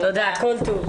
תודה רבה.